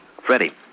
Freddie